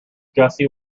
gussie